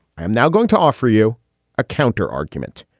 i am now going to offer you a counter argument.